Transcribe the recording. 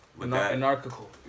Anarchical